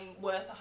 worth